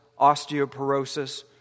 osteoporosis